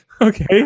Okay